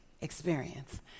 experience